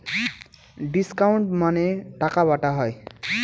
discount মানে টাকা বাটা হয়